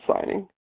signing